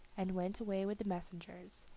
and went away with the messengers,